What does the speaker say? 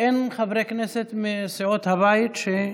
אין חברי כנסת מסיעות הבית,